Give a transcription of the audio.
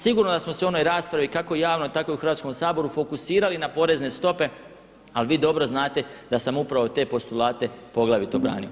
Sigurno da smo se u onoj raspravi kako javno tako i u Hrvatskom saboru fokusirali na porezne stope ali vi dobro znate da sam upravo te postolate poglavito branio.